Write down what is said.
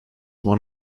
one